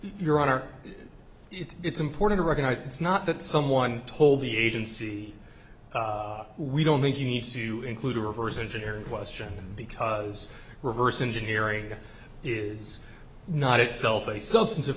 your honor it's important to recognize it's not that someone told the agency we don't think you need to include a reverse engineering question because reverse engineering is not itself a substance of